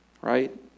right